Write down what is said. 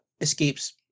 escapes